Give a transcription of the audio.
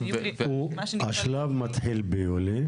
שמה שנקבע ליולי --- השלב מתחיל ביולי,